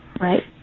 Right